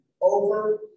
over